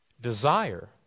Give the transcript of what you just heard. desire